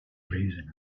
raising